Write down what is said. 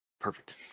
Perfect